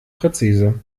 präzise